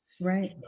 right